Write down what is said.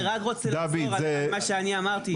אני רק רוצה לחזור על מה שאני אמרתי.